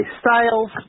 Styles